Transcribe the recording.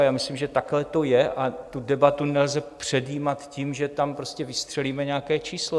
Já myslím, že takhle to je a tu debatu nelze předjímat tím, že tam prostě vystřelíme nějaké číslo.